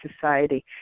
society